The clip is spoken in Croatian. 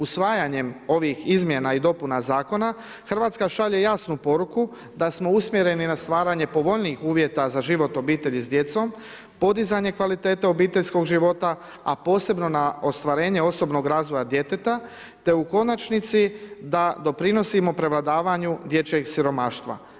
Usvajanjem ovih izmjena i dopuna zakona Hrvatska šalje jasnu poruku da smo usmjereni na stvaranje povoljnijih uvjeta za život obitelji s djecom, podizanje kvalitete obiteljskog života, a posebno na ostvarenje osobnog razvoja djeteta te u konačnici da doprinosimo prevladavanju dječjeg siromaštva.